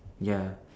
ya